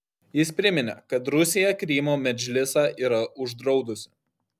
jis priminė kad rusija krymo medžlisą yra uždraudusi